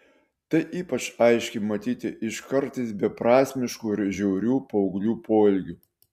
tai ypač aiškiai matyti iš kartais beprasmiškų ir žiaurių paauglių poelgių